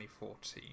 2014